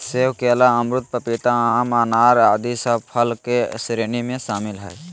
सेब, केला, अमरूद, पपीता, आम, अनार आदि सब फल के श्रेणी में शामिल हय